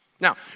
Now